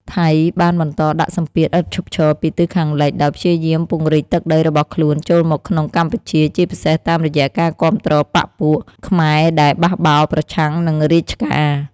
ថៃបានបន្តដាក់សម្ពាធឥតឈប់ឈរពីទិសខាងលិច ដោយព្យាយាមពង្រីកទឹកដីរបស់ខ្លួនចូលមកក្នុងកម្ពុជា ជាពិសេសតាមរយៈការគាំទ្របក្សពួកខ្មែរដែលបះបោរប្រឆាំងនឹងរាជការ។